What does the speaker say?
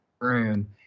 room